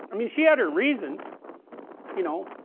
i mean she had her reasaons you know,